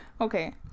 okay